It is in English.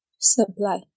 supply